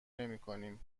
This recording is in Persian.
نمیکنم